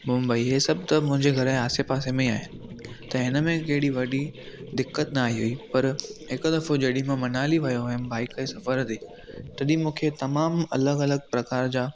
मुंबई इहे सभु त मुंहिंजे घर जे आसे पासे में आहिनि त हिन में कहिड़ी वॾी दिक़त न आई हुई पर हिकु दफ़ो जॾहिं मां मनाली वियो हुअमि बाइक जे सफ़र ते तॾहिं मूंखे तमामु अलॻि अलॻि प्रकार जा